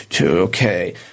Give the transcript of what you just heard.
Okay